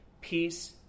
peace